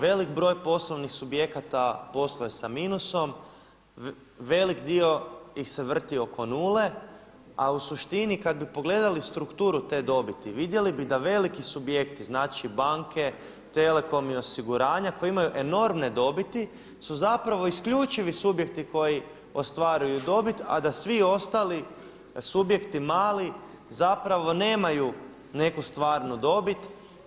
Velik broj poslovnih subjekata posluje sa minusom, velik dio ih se vrti oko nule, a u suštini kad bi pogledali strukturu te dobiti vidjeli bi da veliki subjekti, znači banke, telekom i osiguranja koji imaju enormne dobiti su zapravo isključivi subjekti koji ostvaruju dobit, a da svi ostali subjekti mali zapravo nemaju neku stvarnu dobit.